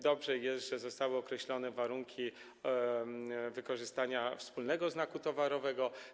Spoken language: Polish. Dobrze, że zostały określone warunki wykorzystania wspólnego znaku towarowego.